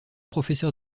professeur